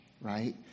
right